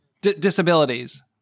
disabilities